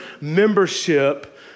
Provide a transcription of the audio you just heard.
membership